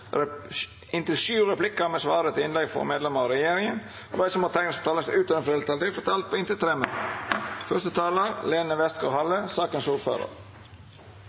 til inntil sju replikkar med svar etter innlegg frå medlemer av regjeringa, og dei som måtte teikna seg på talarlista utover den fordelte taletida, får også ei taletid på inntil 3 minutt.